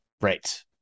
right